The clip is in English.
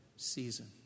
Season